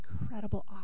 incredible